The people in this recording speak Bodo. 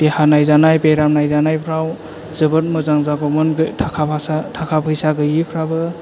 देहा नायजानाय बेराम नायजानायफ्राव जोबोर मोजां जागौमोन बे थाखा फैसा गैयिफ्राबो